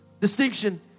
Distinction